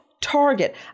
target